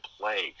play